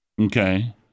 Okay